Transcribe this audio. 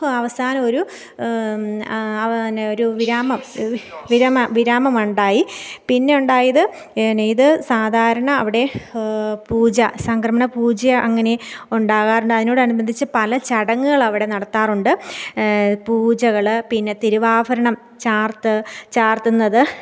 അവസാനം ഒരു ന് ഒരു വിരാമം വിരമ വിരാമം ഉണ്ടായി പിന്നെ ഉണ്ടായത് ന് ഇത് സാധാരണ അവിടെ പൂജ സംക്രമണപൂജ അങ്ങനെ ഉണ്ടാകാറുണ്ട് അതിനോടനുബന്ധിച്ച് പല ചടങ്ങുകൾ അവിടെ നടത്താറുണ്ട് പൂജകൾ പിന്നെ തിരുവാഭരണം ചാർത്ത് ചാർത്തുന്നത്